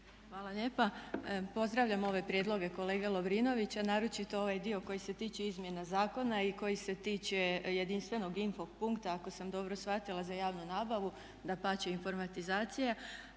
Hvala lijepa. Pozdravljam ove prijedloge kolege Lovrinovića, naročito ovaj dio koji se tiče izmjena zakona i koji se tiče jedinstvenog info punkta ako sam dobro shvatila za javnu nabavu, dapače informatizacija